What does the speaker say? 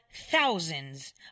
thousands